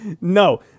no